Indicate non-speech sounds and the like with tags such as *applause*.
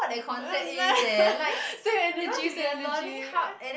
*noise* *laughs* save energy save energy *laughs*